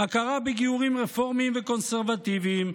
הכרה בגיורים רפורמיים וקונסרבטיביים,